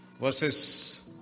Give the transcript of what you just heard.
verses